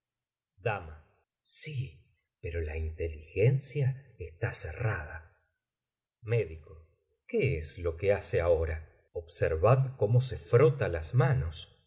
dama sí pero la inteligencia está cerrada méd qué es lo que hace ahora observad cómo se frota las manos